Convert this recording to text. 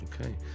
Okay